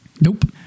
Nope